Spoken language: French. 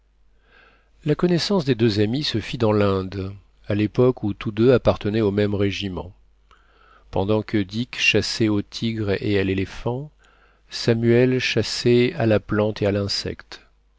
la connaissance des deux amis se fit dans l'inde à l'époque où tous deux appartenaient au même régiment pendant que dick chassait au tigre et à l'éléphant samuel chassait à la plante et à l'insecte